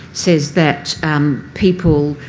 says that um people